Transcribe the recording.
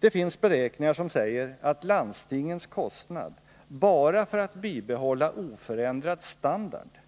Det finns beräkningar som säger att landstingens kostnader bara för att bibehålla oförändrad standard inom sjukvården